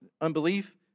unbelief